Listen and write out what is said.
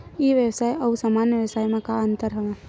ई व्यवसाय आऊ सामान्य व्यवसाय म का का अंतर हवय?